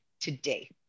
today